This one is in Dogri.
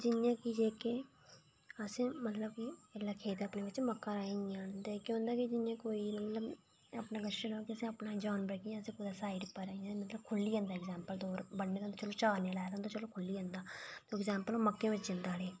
जि'यां कि जेह्के असेंगी मतलब कि अपने खेत बिच मक्कां राही दियां ते केह् होंदा कि जि'यां कोई अपने किश जि'यां कोई अपना जानवर साईड पर खु'ल्ली जंदा चारने गी लाए दा होंदा पर खु'ल्ली जंदा फार एगजैम्पल मक्कें बिच जंदा उठी